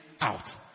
out